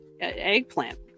eggplant